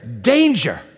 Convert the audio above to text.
danger